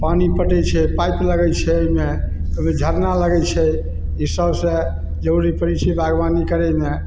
पानी पटै छै पाइप लगै छै एहिमे एहिमे झरना लगै छै ईसबसे जरूरी पड़ै छै बागवानी करैमे